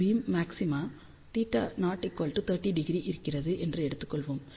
beam maxima θ030° இருக்கிறது என்று எடுத்துக்கொள்வோம்